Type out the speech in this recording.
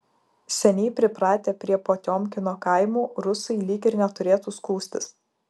seniai pripratę prie potiomkino kaimų rusai lyg ir neturėtų skųstis